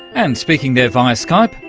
and speaking there via skype,